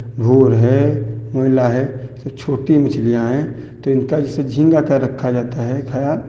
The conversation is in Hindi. भूर है मोइला है सब छोटी मछलियाँ हैं तो इनका जैसे झींगा का रखा जाता है खयाल